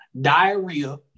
diarrhea